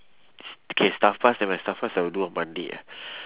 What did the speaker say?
s~ okay staff pass nevermind staff pass I will do on monday ah